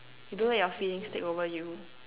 you don't let your feelings take over you